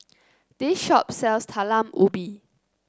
this shop sells Talam Ubi